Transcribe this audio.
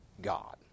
God